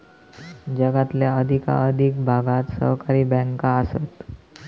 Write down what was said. जगातल्या अधिकाधिक भागात सहकारी बँका आसत